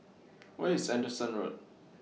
Where IS Anderson Road